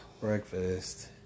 Breakfast